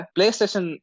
PlayStation